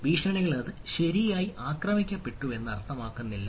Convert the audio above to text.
ഭീഷണികൾ അത് ശരിയായി ആക്രമിക്കപ്പെട്ടുവെന്ന് അർത്ഥമാക്കുന്നില്ല